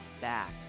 back